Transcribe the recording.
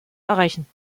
erreichen